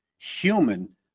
human